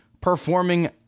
performing